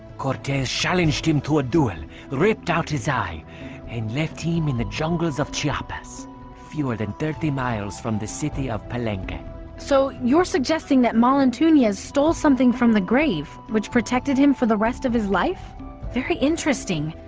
cortes challenged him to a duel ripped out his eye and left him in the jungles of chiapas than thirty miles from the city of palenque ah so you're suggesting that mal antonius stole something from the grave which protected him for the rest of his life very interesting,